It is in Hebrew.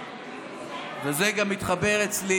וזה גם מתחבר אצלי